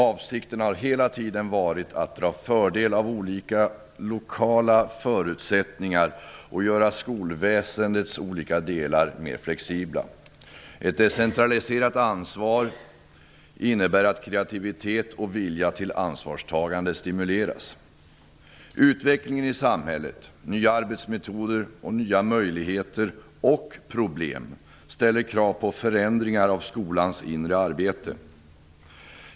Avsikten har hela tiden varit att dra fördel av olika lokala förutsättningar och göra skolväsendets olika delar mer flexibla. Ett decentraliserat ansvar innebär att kreativitet och vilja till ansvarstagande stimuleras. Utvecklingen i samhället, nya arbetsmetoder, och nya möjligheter och problem ställer krav på förändringar av skolans inre arbete.